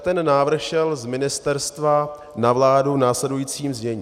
Ten návrh šel z ministerstva na vládu v následujícím znění.